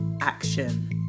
action